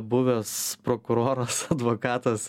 buvęs prokuroras advokatas